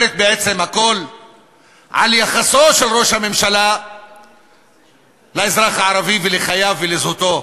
אומרת בעצם הכול על יחסו של ראש הממשלה לאזרח הערבי ולחייו ולזהותו.